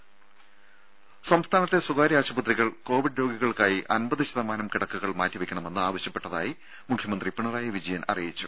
ദേദ സംസ്ഥാനത്തെ സ്വകാര്യ ആശുപത്രികൾ കോവിഡ് രോഗികൾക്കായി അൻപത് ശതമാനം കിടക്കകൾ മാറ്റിവെയ്ക്കണമെന്ന് ആവശ്യപ്പെട്ടതായി മുഖ്യമന്ത്രി പിണറായി വിജയൻ അറിയിച്ചു